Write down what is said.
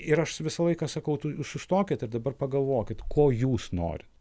ir aš visą laiką sakau tu sustokit ir dabar pagalvokit ko jūs norit